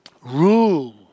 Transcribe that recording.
Rule